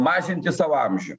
mažinti sau amžių